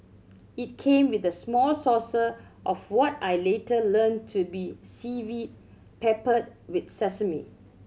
it came with a small saucer of what I later learnt to be seaweed peppered with sesame